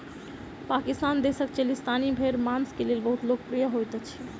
पाकिस्तान देशक चोलिस्तानी भेड़ मांस के लेल बहुत लोकप्रिय होइत अछि